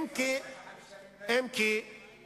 תודה